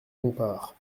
bompard